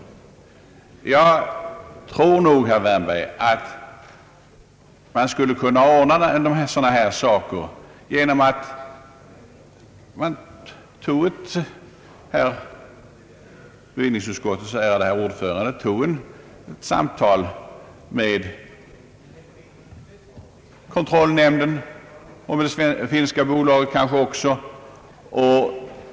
Jag tror, herr Wärnberg, att sådana här saker skulle kunna ordnas genom att bevillningsutskottets ärade ordförande tog ett samtal med kontrollnämnden och kanske också med det finska bolaget.